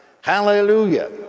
Hallelujah